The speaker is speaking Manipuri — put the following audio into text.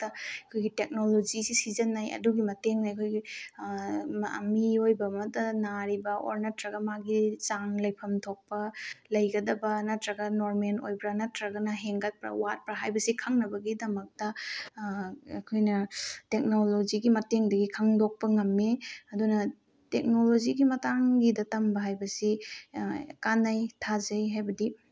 ꯑꯩꯈꯣꯏꯒꯤ ꯇꯦꯛꯅꯣꯂꯣꯖꯤꯁꯤ ꯁꯤꯖꯤꯟꯅꯩ ꯑꯗꯨꯒꯤ ꯃꯇꯦꯡꯅ ꯑꯩꯈꯣꯏꯒꯤ ꯃꯤꯑꯣꯏꯕ ꯑꯃꯗ ꯅꯥꯔꯤꯕ ꯑꯣꯔ ꯅꯠꯇ꯭ꯔꯒ ꯃꯥꯒꯤ ꯆꯥꯡ ꯂꯩꯐꯝ ꯊꯣꯛꯄ ꯂꯩꯒꯗꯕ ꯅꯠꯇ꯭ꯔꯒ ꯅꯣꯔꯃꯦꯟ ꯑꯣꯏꯕ꯭ꯔ ꯅꯠꯇ꯭ꯔꯒꯅ ꯍꯦꯟꯒꯠꯄ꯭ꯔ ꯋꯥꯠꯄꯔ ꯍꯥꯏꯕꯁꯤ ꯈꯪꯅꯕꯒꯤꯗꯃꯛꯇ ꯑꯩꯈꯣꯏꯅ ꯇꯦꯛꯅꯣꯂꯣꯖꯤꯒꯤ ꯃꯇꯦꯡꯗꯗꯤ ꯈꯪꯗꯣꯛꯄ ꯉꯝꯃꯤ ꯑꯗꯨꯅ ꯇꯦꯛꯅꯣꯂꯣꯖꯤꯒꯤ ꯃꯇꯥꯡꯒꯤꯗ ꯇꯝꯕ ꯍꯥꯏꯕꯁꯤ ꯀꯥꯟꯅꯩ ꯊꯥꯖꯩ ꯍꯥꯏꯕꯗꯤ